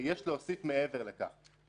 שיש להוסיף מעבר לכך.